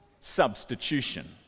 substitution